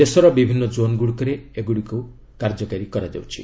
ଦେଶର ବିଭିନ୍ନ ଜୋନ୍ଗୁଡ଼ିକରେ ଏଗୁଡ଼ିକ କାର୍ଯ୍ୟକାରୀ ହେଉଛି